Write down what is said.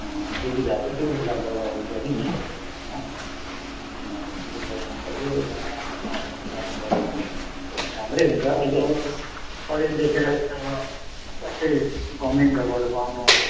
सुविधाहरू चाहिँ उपलब्ध गराउनुपऱ्यो नि हो हो त्यो चाहिँ गराउनुपऱ्यो र राम्रोसँग सञ्चालन गऱ्यो भने राम्रै हुन्छ अहिले पढ्यो लेखेर अब झट्टै गभर्मेन्ट जबहरू पाउनु